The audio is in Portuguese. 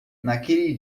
naquele